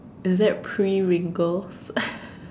is that pre wrinkles